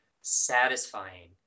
satisfying